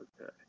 Okay